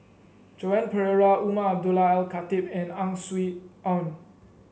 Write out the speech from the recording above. Joan Pereira Umar Abdullah Al Khatib and Ang Swee Aun